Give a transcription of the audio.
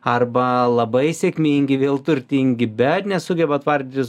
arba labai sėkmingi vėl turtingi bet nesugeba tvardytis